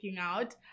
out